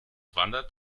wandert